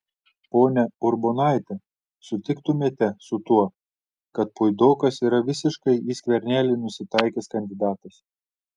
ponia urbonaite sutiktumėte su tuo kad puidokas yra visiškai į skvernelį nusitaikęs kandidatas